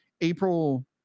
april